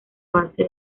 base